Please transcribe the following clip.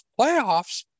playoffs